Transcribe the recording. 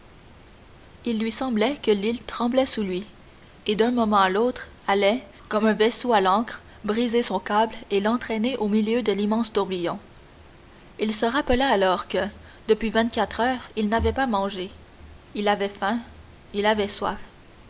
il lui semblait que l'île tremblait sous lui et d'un moment à l'autre allait comme un vaisseau à l'ancre briser son câble et l'entraîner au milieu de l'immense tourbillon il se rappela alors que depuis vingt-quatre heures il n'avait pas mangé il avait faim il avait soif